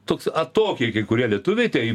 toks atokiai kai kurie lietuviai tai